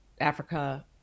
africa